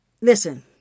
listen